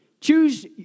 choose